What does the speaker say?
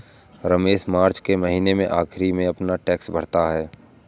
रमेश मार्च महीने के आखिरी में अपना टैक्स भरता है